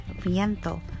viento